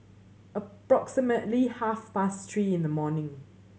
approximately half past three in the morning